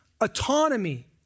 autonomy